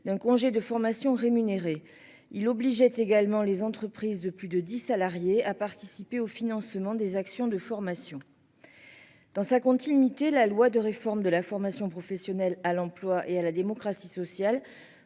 d'un congé de formation rémunérée il obligeait également les entreprises de plus de 10 salariés à participer au financement des actions de formation. Dans sa continuité. La loi de réforme de la formation professionnelle à l'emploi et à la démocratie sociale